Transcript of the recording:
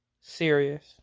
serious